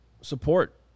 support